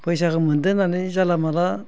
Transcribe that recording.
फैसाखौ मोन्दो होननानै जानला मोनला